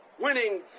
Winning